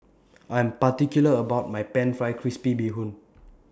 I Am particular about My Pan Fried Crispy Bee Hoon